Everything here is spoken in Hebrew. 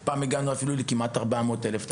הייתה פעם בה כמעט ל-400 אלף תלמידים.